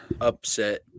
Upset